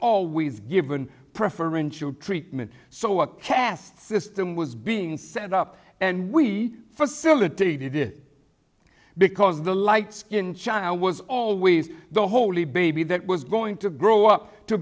always given preferential treatment so a caste system was being set up and we facilitated because the light skin child was always the holy baby that was going to grow up to